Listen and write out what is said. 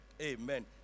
Amen